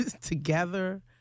together